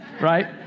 Right